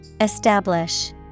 Establish